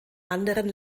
anderen